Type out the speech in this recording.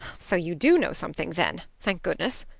so you do know something then, thank goodness!